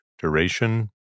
duration